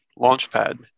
launchpad